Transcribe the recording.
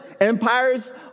Empires